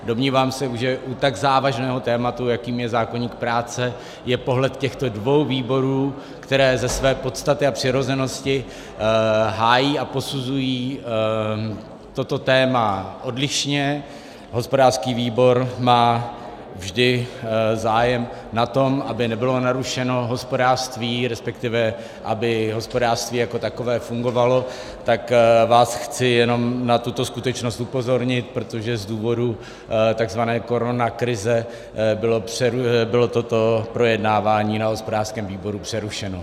Domnívám se, že u tak závažného tématu, jakým je zákoník práce, je pohled těchto dvou výborů, které ze své podstaty a přirozenosti hájí a posuzují toto téma odlišně, hospodářský výbor má vždy zájem na tom, aby nebylo narušeno hospodářství, resp. aby hospodářství jako takové fungovalo, tak vás chci jenom na tuto skutečnost upozornit, protože z důvodu tzv. koronakrize bylo toto projednávání na hospodářském výboru přerušeno.